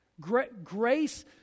Grace